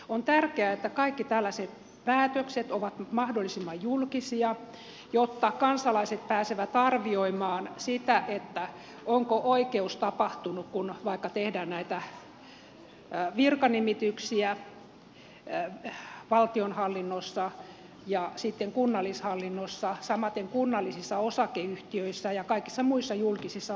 on tärkeää että kaikki tällaiset päätökset ovat mahdollisimman julkisia jotta kansalaiset pääsevät arvioimaan sitä onko oikeus tapahtunut kun tehdään vaikka näitä virkanimityksiä valtionhallinnossa ja kunnallishallinnossa samaten kunnallisissa osakeyhtiöissä ja kaikissa muissa julkisissa osakeyhtiöissä